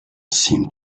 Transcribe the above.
seemed